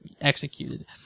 executed